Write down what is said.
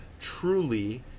truly